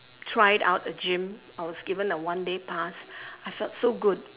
tried out a gym I was given a one day pass I felt so good